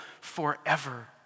forever